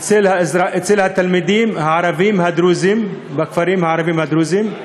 אצל התלמידים הערבים הדרוזים בכפרים הערביים הדרוזיים,